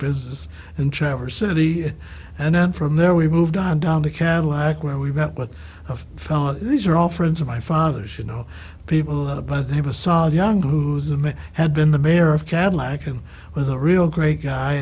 business in traverse city and then from there we moved on down the cadillac where we've got one of these are all friends of my fathers you know people but they have a solid young guy who is a may have been the mayor of cadillac and was a real great guy